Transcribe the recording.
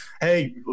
hey